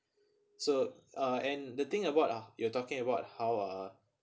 so uh and the thing about ah you're talking about how uh